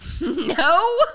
No